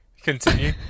Continue